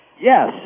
Yes